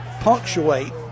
punctuate